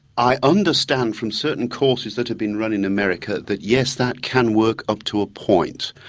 i understand from certain courses that have been run in america that yes that can work up to a point.